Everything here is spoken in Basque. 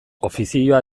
ofizioa